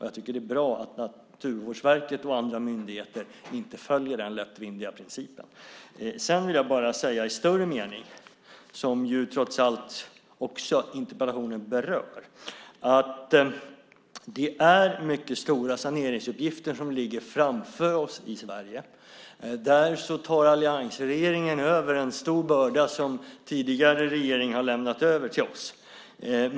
Jag tycker att det är bra att Naturvårdsverket och andra myndigheter inte följer den lättvindiga principen. Interpellationen berör också i vidare mening de mycket stora saneringsuppgifter som ligger framför oss i Sverige. Där tar alliansregeringen över en stor börda som den tidigare regeringen har lämnat över till oss.